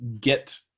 get